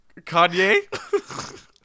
Kanye